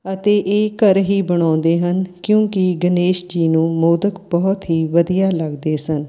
ਅਤੇ ਇਹ ਘਰ ਹੀ ਬਣਾਉਂਦੇ ਹਨ ਕਿਉਂਕਿ ਗਣੇਸ਼ ਜੀ ਨੂੰ ਮੋਦਕ ਬਹੁਤ ਹੀ ਵਧੀਆ ਲੱਗਦੇ ਸਨ